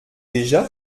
déjà